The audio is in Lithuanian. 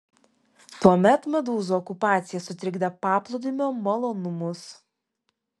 tuomet medūzų okupacija sutrikdė paplūdimio malonumus